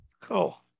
Cool